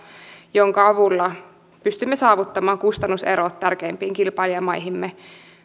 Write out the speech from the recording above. jonka avulla pystymme saavuttamaan kustannuserot tärkeimpiin kilpailijamaihimme